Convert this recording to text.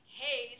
hey